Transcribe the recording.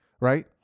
right